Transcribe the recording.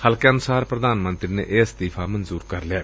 ਹਲਕਿਆਂ ਅਨੁਸਾਰ ਪ੍ਰਧਾਨ ਮੰਤਰੀ ਨੇ ਇਹ ਅਸਤੀਫ਼ਾ ਮਨਜੂਰ ਕਰ ਲਿਐ